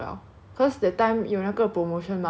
我就跟你们讲了 then 我就快点 book liao